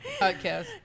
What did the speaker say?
podcast